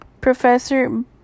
Professor